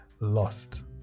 lost